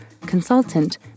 consultant